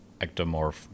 ectomorph